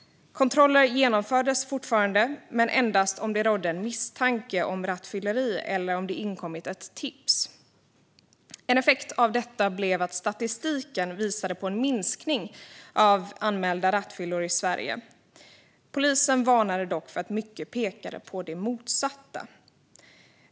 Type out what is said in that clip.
Kontroller genomfördes fortfarande men endast om det rådde en misstanke om rattfylleri eller om det inkommit ett tips. En effekt av detta blev att statistiken visade en minskning av anmälda rattfyllor i Sverige. Polisen varnade dock för att mycket pekade på det motsatta.